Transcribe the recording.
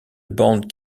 bande